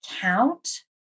count